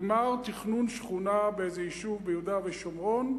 גמר תכנון שכונה באיזה יישוב ביהודה ושומרון,